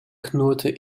knurrte